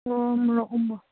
ꯑꯣ ꯃꯣꯔꯣꯛ ꯎ ꯃꯣꯔꯣꯛ